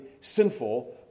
sinful